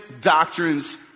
doctrines